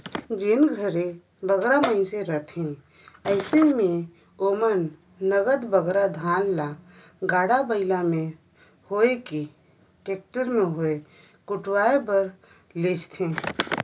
जेन घरे बगरा मइनसे रहथें अइसे में ओमन नगद बगरा धान ल गाड़ा बइला में होए कि टेक्टर में होए कुटवाए बर लेइजथें